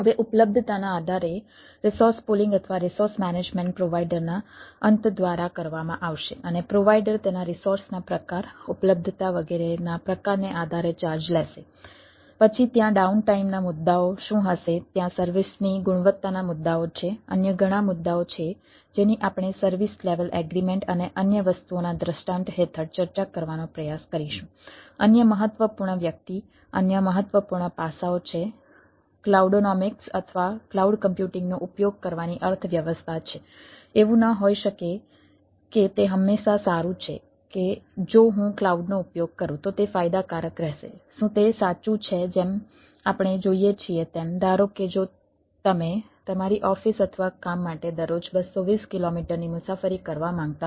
હવે ઉપલબ્ધતાના આધારે રિસોર્સ પૂલિંગ ની મુસાફરી કરવા માંગતા હો